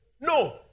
no